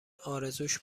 ارزوش